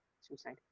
suicide